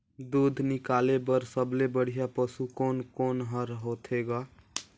दूध निकाले बर सबले बढ़िया पशु कोन कोन हर होथे ग?